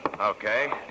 Okay